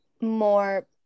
more